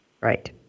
Right